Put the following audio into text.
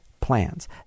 plans